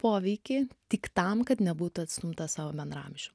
poveikį tik tam kad nebūtų atstumtas savo bendraamžių